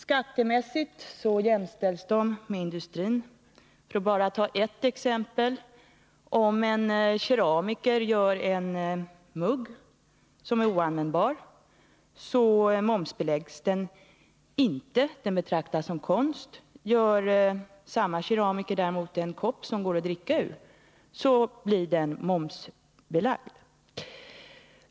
Skattemässigt jämställs de med industrin. Jag kan ge ett exempel. Om en keramiker gör en mugg som är oanvändbar, momsbeläggs den inte — den betraktas som konst. Gör samma keramiker däremot en kopp som det går att dricka ur, blir den momsbelagd.